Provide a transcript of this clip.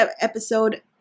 episode